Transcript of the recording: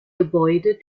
gebäude